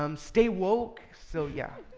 um stay woke, so yeah.